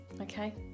Okay